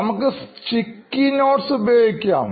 നമുക്ക് sticky notesഉപയോഗിക്കാം